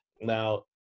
Now